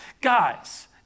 guys